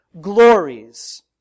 glories